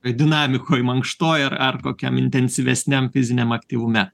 dinamikoj mankštoje ar ar kokiam intensyvesniam fiziniam aktyvume